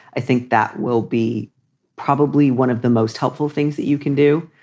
i think that will be probably one of the most helpful things that you can do,